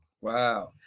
wow